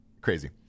Crazy